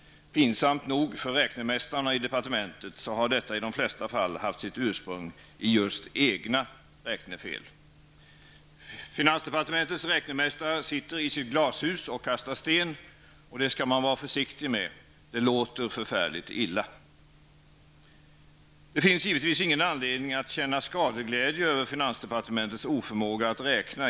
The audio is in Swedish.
Pinsamt nog för räknemästarna i departementet har detta i de flesta fall haft sitt ursprung i just egna räknefel. Finansdepartementets räknemästare sitter i sitt glashus och kastar sten. Det skall man vara försiktig med. Det låter förfärligt illa. Det finns givetvis ingen anledning att känna skadeglädje över finansdepartementets oförmåga att räkna.